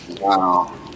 wow